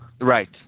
Right